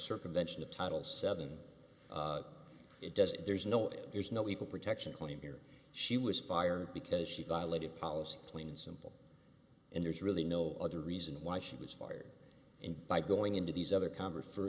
circumvention of title seven it does there's no it there's no equal protection claim here she was fired because she violated policy plain and simple and there's really no other reason why she was fired in by going into these other converse for